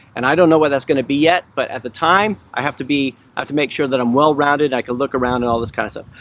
and i don't know where that's gonna be yet, but at the time, i have to be i have to make sure that i'm well-rounded, i could look around and all this kinda stuff.